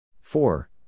Four